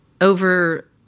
over